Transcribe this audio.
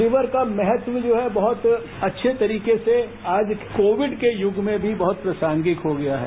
liver का महत्व जो है बहुत अच्छे तरीके से आज कोविड के युग में भी बहुत प्रासंगिक हो गया है